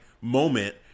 moment